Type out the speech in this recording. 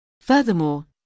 Furthermore